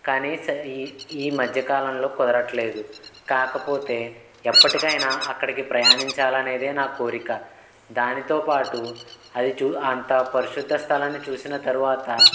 కానీ సా ఈ మధ్యకాలంలో కుదరట్లేదు కాకపోతే ఎప్పటికైనా అక్కడికి ప్రయాణించాలనేదే నా కోరిక దానితో పాటు అది చూ అంత పరిశుద్ధ స్థలాన్ని చూసిన తరువాత